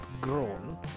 grown